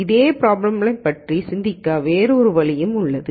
அதே பிராப்ளமைப் பற்றி சிந்திக்க இது வேறு வழி உள்ளது